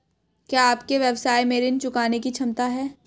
क्या आपके व्यवसाय में ऋण चुकाने की क्षमता है?